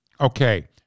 Okay